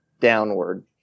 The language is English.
downward